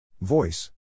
Voice